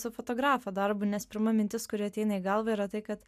su fotografo darbu nes pirma mintis kuri ateina į galvą yra tai kad